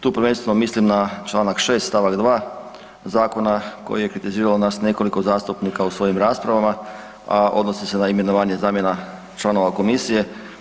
Tu prvenstveno mislim na čl. 6. st. 2. zakona koji je kritiziralo nas nekoliko zastupnika u svojim raspravama, a odnosi se na imenovanje zamjena članova komisije.